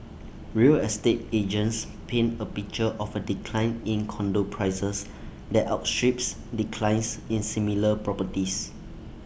real estate agents paint A picture of A decline in condo prices that outstrips declines in similar properties